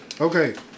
Okay